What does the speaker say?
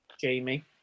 jamie